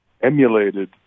emulated